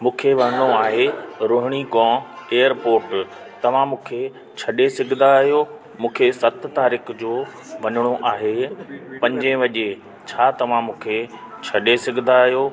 मूंखे वञिणो आहे रोहिणी खां एयरपॉट तव्हां मुखे छॾे सघंदा आहियो मूंखे सत तारीख़ जो वञिणो आहे पंजे वगे छा तव्हां मूंखे छॾे सघंदा आहियो